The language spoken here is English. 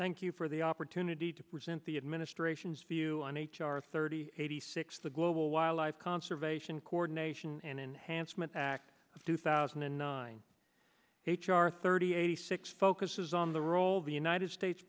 thank you for the the opportunity to present the administration's view on h r thirty eighty six the global wildlife conservation coordination and enhancement act of two thousand and nine h r thirty eighty six focuses on the role the united states